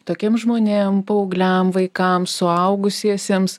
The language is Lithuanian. tokiem žmonėm paaugliam vaikam suaugusiesiems